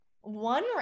one